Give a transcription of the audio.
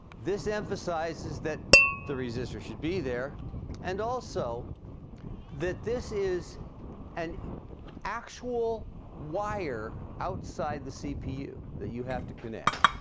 this emphasizes that the resistor should be there and also that this is an actual wire outside the cpu that you have to connect